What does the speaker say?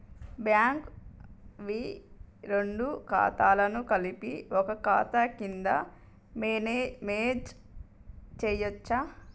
Bank వి రెండు ఖాతాలను కలిపి ఒక ఖాతా కింద మెర్జ్ చేయచ్చా?